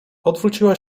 odwróciła